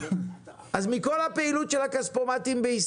אם הבנק הפריט את שירותי הכספומטים,